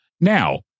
Now